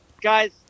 Guys